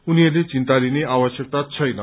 उनीहरूले चिन्ता लिने आवश्यकता छैन